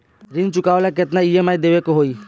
ऋण चुकावेला केतना ई.एम.आई देवेके होई?